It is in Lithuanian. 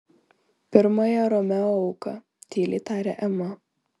pirmąją romeo auką tyliai tarė ema